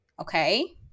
Okay